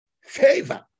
Favor